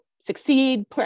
succeed